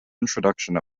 introduction